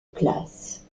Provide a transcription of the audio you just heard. classe